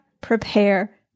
prepare